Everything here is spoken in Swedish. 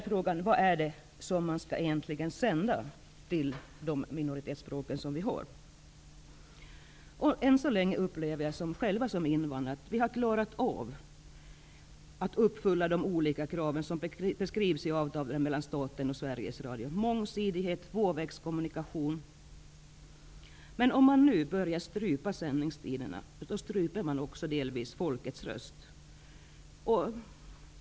Frågan är vad som egentligen skall sändas på de minoritetsspråk som vi har. Än så länge upplever jag som invandrare att man har klarat av att uppfylla de olika krav som beskrivs i avtalet mellan staten och Sveriges Radio -- mångsidighet och tvåvägskommunikation. Men om man nu börjar strypa sändningstiderna, stryper man så att säga också delvis folkets röst.